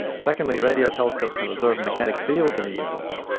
secondly, radio telescopes can observe magnetic fields in the universe,